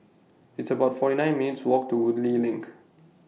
It's about forty nine minutes' Walk to Woodleigh LINK